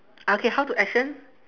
ah K how to action